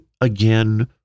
again